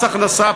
מס הכנסה,